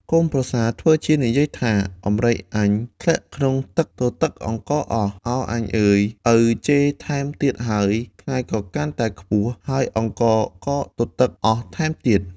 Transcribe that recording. កូនប្រសាធ្វើជានិយាយថា "អំរែកអញធ្លាក់ក្នុងទឹកទទឹកអង្ករអស់ ឱអញអើយ! ឪជេរថែមទៀតហើយ ថ្ងៃក៏កាន់តែខ្ពស់ ហើយអង្ករក៏ទទឹកអស់ថែមទៀត"។